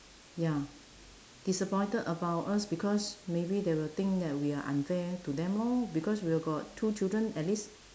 ya disappointed about us because maybe they will think that we are unfair to them lor because we have got two children at least